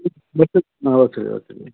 ആ ബസ്സിൽ ബസ്സിൽ